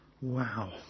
wow